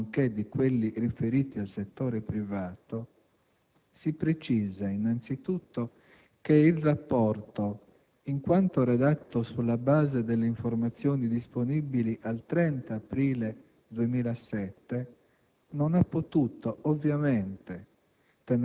nonché di quelli riferiti al settore privato, si precisa innanzitutto che il rapporto, in quanto redatto sulla base delle informazioni disponibili al 30 aprile 2007, non ha potuto ovviamente